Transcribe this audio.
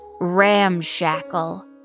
Ramshackle